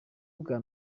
bwa